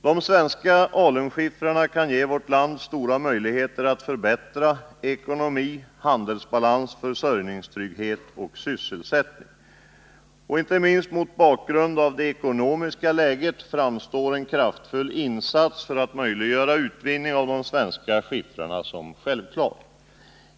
De svenska alunskiffrarna kan ge vårt land stora möjligheter att förbättra ekonomi, handelsbalans, försörjningstrygghet och sysselsättning. Inte minst mot bakgrund av det ekonomiska läget framstår en kraftfull insats för att möjliggöra fullutvinning av de svenska alunskiffrarna som självklar.